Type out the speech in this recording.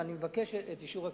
ואני מבקש את אישור הכנסת.